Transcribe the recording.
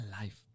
life